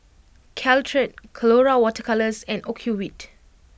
Caltrate Colora Water Colours and Ocuvite